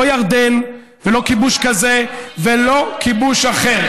לא ירדן ולא כיבוש כזה ולא כיבוש אחר.